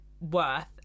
worth